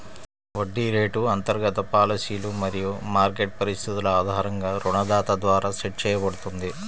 వడ్డీ రేటు అంతర్గత పాలసీలు మరియు మార్కెట్ పరిస్థితుల ఆధారంగా రుణదాత ద్వారా సెట్ చేయబడుతుంది